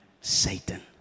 Satan